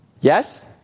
Yes